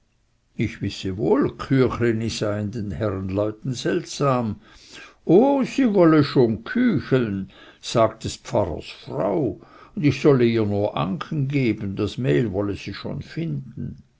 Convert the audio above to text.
ich wisse wohl küchleni seien den herrenleuten seltsam oh sie wolle schon küchlen sagte ds pfarrers frau ich solle ihr nur anken geben das mehl wolle sie schon finden